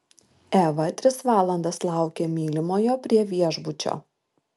eva tris valandas laukė mylimojo prie viešbučio